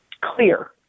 clear